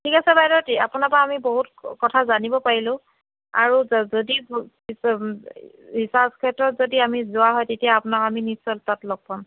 ঠিক আছে বাইদেউ আপোনাৰ পৰা আমি বহুত কথা জানিব পাৰিলোঁ আৰু যদি পিছত ৰিচাৰ্চ ক্ষেত্ৰত যদি আমি যোৱা হয় তেতিয়া আপোনাক আমি নিশ্চয় তাত লগ পাম